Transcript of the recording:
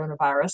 coronavirus